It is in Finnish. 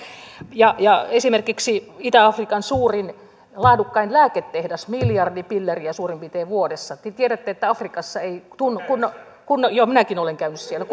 ja ja esimerkiksi itä afrikan suurin laadukkain lääketehdas miljardi pilleriä suurin piirtein vuodessa te tiedätte että afrikassa ei kunnon lääkkeitä saa joo minäkin olen käynyt siellä